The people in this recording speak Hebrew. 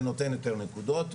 זה נותן יותר נקודות,